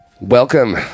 Welcome